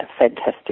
fantastic